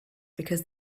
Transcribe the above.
because